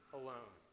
alone